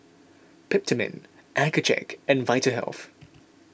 Peptamen Accucheck and Vitahealth